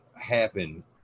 happen